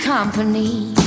company